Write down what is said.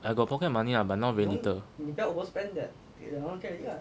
I got pocket money ah but now very little